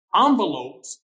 envelopes